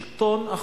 שלטון החוק,